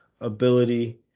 ability